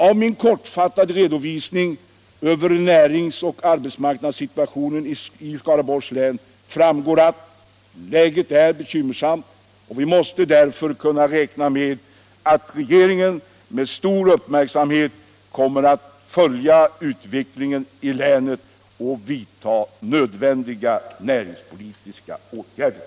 Av min kortfattade redovisning över näringslivsoch arbetsmarknadssituationen i Skaraborgs län framgår att läget är bekymmersamt. Vi måste därför kunna räkna med att regeringen med stor uppmärksamhet kommer att följa utvecklingen i länet och vidta nödvändiga näringspolitiska åtgärder.